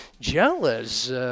jealous